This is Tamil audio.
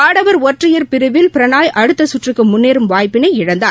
ஆடவர் ஒற்றையர் பிரிவில் பிரனாய் அடுத்த சுற்றுக்கு முன்னேறும் வாய்ப்பினை இழந்தார்